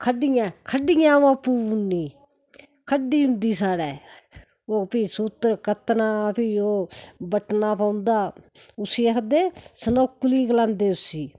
खड्डियैं खड्डियैं अ'ऊं आपू बुननी खड्डी होंदी साढै़ ओ फ्ही सूत्तर कत्तना फ्ही ओह् बट्टना पौंदा उस्सी आखदे सनौकली गलांदे उस्सी